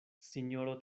sinjoro